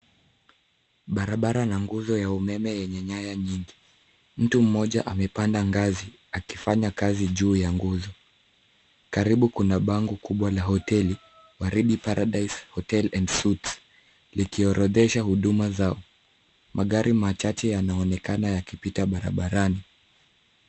Barabara na nguzo ya umeme ya nyanya nyingi. Mtu mmoja amepanda ngazi akifanya kazi juu ya nguzo. Karibu kuna bango kubwa la hoteli Warigi paradise hotel and suits likiorodhesha huduma zao. Magari machache yanaonekana yakipita barabarani.